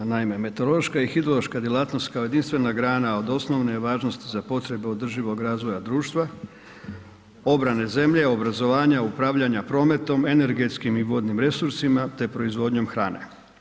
Naime, meteorološka i hidrološka djelatnost, kao jedinstvena grana od osnovne je važnosti za potrebe održivog razvoja društva, obrane zemlje, obrazovanja, upravljanja prometom, energetskih i vodnim resursima te proizvodnjom hrane.